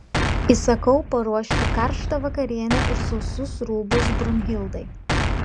įsakau paruošti karštą vakarienę ir sausus rūbus brunhildai